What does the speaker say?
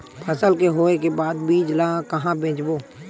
फसल के होय के बाद बीज ला कहां बेचबो?